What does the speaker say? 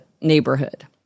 neighborhood